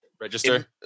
register